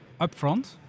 upfront